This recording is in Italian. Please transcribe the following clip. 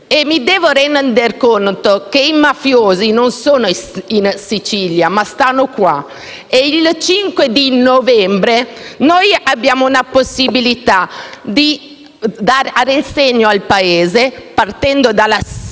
e mi sono resa conto che i mafiosi non sono in Sicilia ma qui e il cinque novembre noi abbiamo la possibilità di dare un segno al Paese, partendo dalla Sicilia,